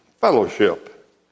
fellowship